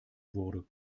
wurde